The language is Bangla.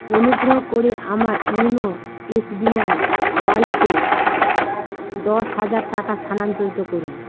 অনুগ্রহ করে আমার ইউনো এস বি আই ওয়ালেটে দশ হাজার টাকা স্থানান্তরিত করুন